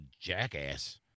jackass